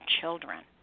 children